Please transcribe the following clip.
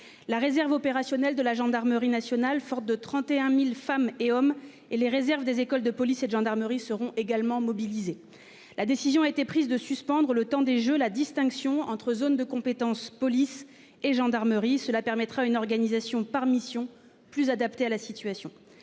La réserve opérationnelle de la gendarmerie nationale forte de 31.000 femmes et hommes, et les réserves des écoles de police et de gendarmerie seront également mobilisés. La décision a été prise de suspendre le temps des Jeux la distinction entre zones de compétence, police et gendarmerie, cela permettra une organisation par mission plus adapté à la situation.